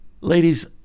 Ladies